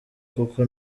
kuko